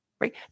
right